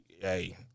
Hey